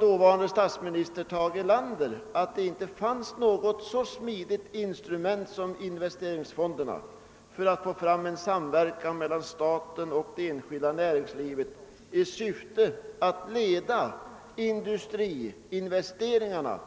Dåvarande statsministern Tage Erlander framhöll, att det inte finns något så smidigt instrument som investeringsfonderna för att få fram en samverkan mellan staten och det enskilda näringslivet i syfte att leda industriinvesteringarna